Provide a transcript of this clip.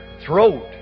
throat